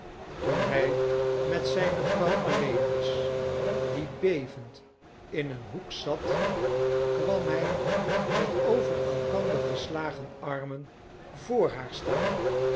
toen hij met zijne vrouw alleen was die bevend ineenhoek zat kwam hij met over elkander geslagen armen voor haar staan